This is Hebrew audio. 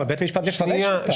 אבל בית המשפט מפרש אותה.